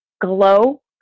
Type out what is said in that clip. glow